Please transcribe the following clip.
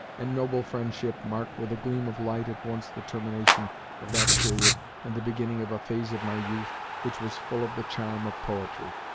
and noble friendship marked with a gleam of light at once the termination of that period and the beginning of a phase of my youth which was full of the charm of poetry.